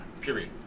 period